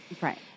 Right